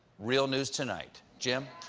real news tonight. jim?